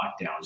lockdowns